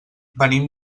venim